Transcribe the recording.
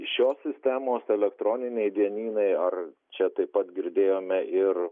šios sistemos elektroniniai dienynai ar čia taip pat girdėjome ir